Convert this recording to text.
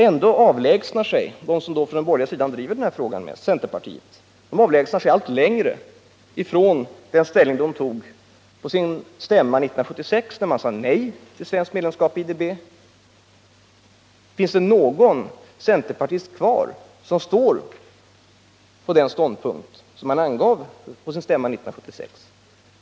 Ändå avlägsnar sig de som då på den borgerliga sidan — mest från centerpartiet — driver den här frågan allt längre från den ställning de tog på sin stämma 1976, där man sade nej till svenskt medlemskap i IDB. Finns det någon centerpartist kvar som står fast vid den ståndpunkt som man angav på sin stämma 1976?